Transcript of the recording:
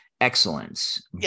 excellence